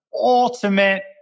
ultimate